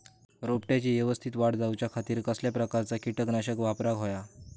रोपट्याची यवस्तित वाढ जाऊच्या खातीर कसल्या प्रकारचा किटकनाशक वापराक होया?